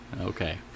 Okay